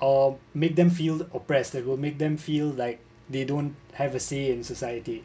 or made them feel oppress that will make them feel like they don't have a say in society